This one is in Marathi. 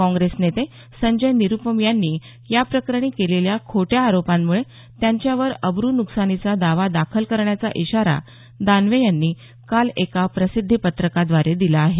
काँग्रेस नेते संजय निरूपम यांनी या प्रकरणी केलेल्या खोट्या आरोपांमुळे त्यांच्यावर अब्रू नुकसानीचा दावा दाखल करण्याचा इशारा दानवे यांनी काल एका प्रसिद्धी पत्रकाद्वारे दिला आहे